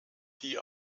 die